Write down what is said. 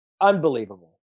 unbelievable